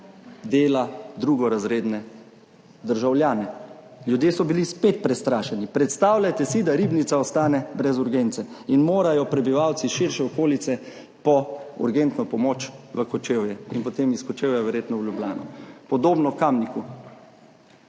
dela drugorazredne državljane. Ljudje so bili spet prestrašeni. Predstavljajte si, da Ribnica ostane brez urgence in morajo prebivalci širše okolice po urgentno pomoč v Kočevje in potem iz Kočevja verjetno v Ljubljano. Podobno v Kamniku,